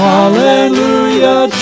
Hallelujah